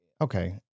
Okay